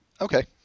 okay